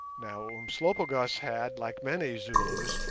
now umslopogaas had, like many zulus,